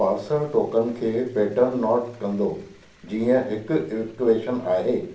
parser token खे pattern not कंदो जीअं हिकु इक्वेशन आहे